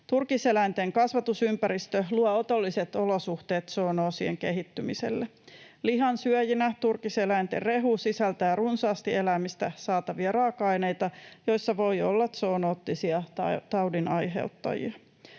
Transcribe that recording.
Turkiseläinten kasvatusympäristö luo otolliset olosuhteet zoonoosien kehittymiselle. Lihansyöjinä turkiseläinten rehu sisältää runsaasti eläimistä saatavia raaka-aineita, joissa voi olla zoonoottisia taudinaiheuttajia.